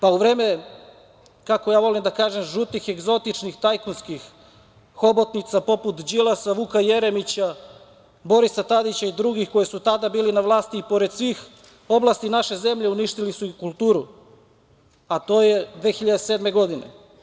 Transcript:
Pa u vreme, kako ja volim da kažem, žutih egzotičnih tajkunskih hobotnica, poput Đilasa, Vuka Jeremića, Borisa Tadića i drugih koji su tada bili na vlasti, i pored svih oblasti naše zemlje, uništili su i kulturu, a to je 2007. godine.